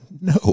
No